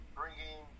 bringing